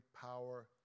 power